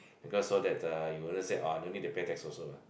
because so that uh you wouldn't say oh I no need to pay tax also ah